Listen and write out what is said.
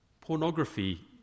Pornography